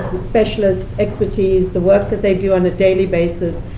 specialist expertise, the work that they do on a daily basis,